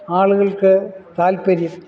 ആളുകൾക്ക് താല്പര്യം